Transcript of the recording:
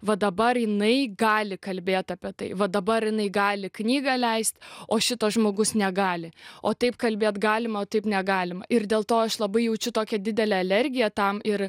va dabar jinai gali kalbėt apie tai va dabar jinai gali knygą leist o šito žmogus negali o taip kalbėt galima o taip negalima ir dėl to aš labai jaučiu tokią didelę alergiją tam ir